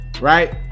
right